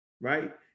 right